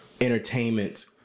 entertainment